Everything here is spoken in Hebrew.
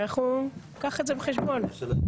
קח את זה בחשבון.